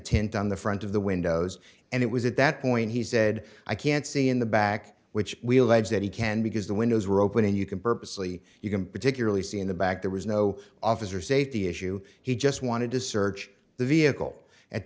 tent on the front of the windows and it was at that point he said i can't see in the back which we allege that he can because the windows were open and you can purposely you can particularly see in the back there was no officer safety issue he just wanted to search the vehicle at